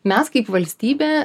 mes kaip valstybė